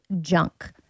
junk